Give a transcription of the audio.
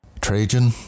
Trajan